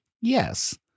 Yes